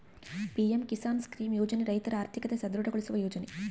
PM Kisan scheme ಯೋಜನೆ ರೈತರ ಆರ್ಥಿಕತೆ ಸದೃಢ ಗೊಳಿಸುವ ಯೋಜನೆ